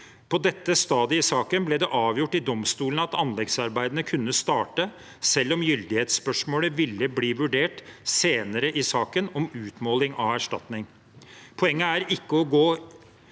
På dette stadiet i saken ble det avgjort i domstolene at anleggsarbeidene kunne starte, selv om gyldighetsspørsmålet ville bli vurdert senere i saken om utmåling av erstatning. Poenget er ikke å gå